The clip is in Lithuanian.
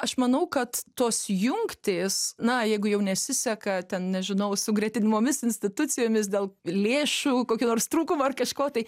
aš manau kad tos jungtys na jeigu jau nesiseka ten nežinau su gretimomis institucijomis dėl lėšų kokių nors trūkumų ar kažko tai